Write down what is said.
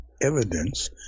evidence